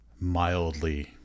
mildly